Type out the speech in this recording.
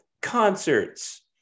concerts